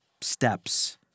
steps